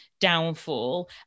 downfall